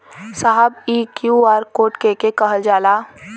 साहब इ QR code के के कहल जाला?